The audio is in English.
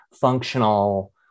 functional